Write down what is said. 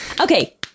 Okay